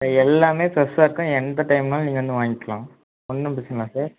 ஆ எல்லாமே ஃப்ரெஷ்ஷாக இருக்கும் எந்த டைம்னாலும் நீங்கள் வந்து வாங்கிக்கலாம் ஒன்றும் பிரச்சனை இல்லை சார்